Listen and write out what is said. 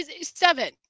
Seven